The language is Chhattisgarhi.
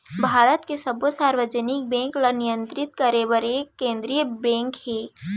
भारत के सब्बो सार्वजनिक बेंक ल नियंतरित करे बर एक केंद्रीय बेंक हे